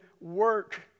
work